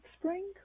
spring